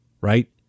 right